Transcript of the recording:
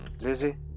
Lizzie